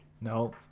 No